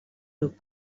grup